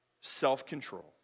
self-control